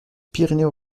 pyrénées